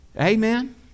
Amen